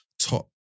top